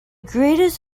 greatest